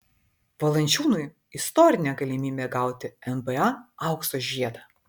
valančiūnui istorinė galimybė gauti nba aukso žiedą